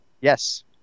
Yes